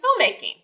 filmmaking